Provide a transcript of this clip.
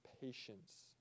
patience